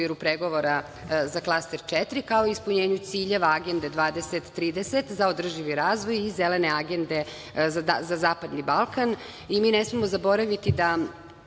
u okviru pregovora za klaster četiri, kao i ispunjenju ciljeva Agende 2030 za održivi razvoj i Zelene agende za Zapadni Balkan i ne smemo zaboraviti da